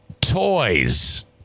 toys